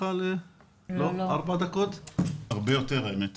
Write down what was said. לחשיפה וידע של הורים.